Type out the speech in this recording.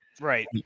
Right